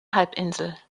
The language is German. halbinsel